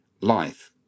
life